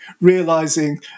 realizing